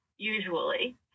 usually